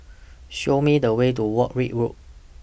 Show Me The Way to Warwick Road